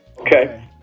Okay